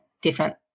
different